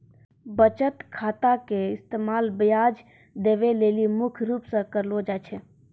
बचत खाता के इस्तेमाल ब्याज देवै लेली मुख्य रूप से करलो जाय छै